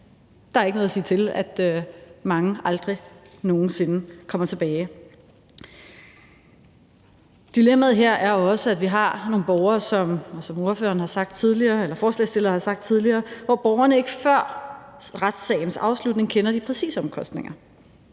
er der ikke noget at sige til, at mange aldrig nogen sinde kommer tilbage. Dilemmaet her er også, at vi har nogle borgere, som ordføreren for forslagsstillerne har sagt tidligere, som ikke før retssagens afslutning kender de præcise omkostninger.